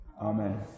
Amen